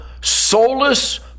soulless